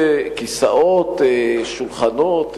שולחנות?